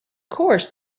course